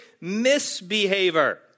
misbehavior